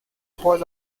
toys